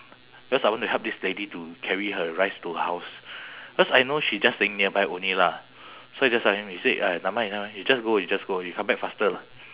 because I want to help this lady to carry her rice to her house cause I know she just staying nearby only lah so I just tell him he say uh nevermind nevermind you just go you just go you come back faster lah